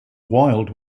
wild